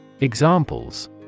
Examples